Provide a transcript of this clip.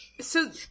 so-